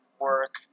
work